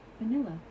Vanilla